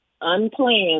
unplanned